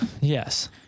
Yes